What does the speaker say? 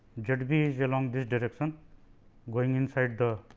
z b is along this direction going inside the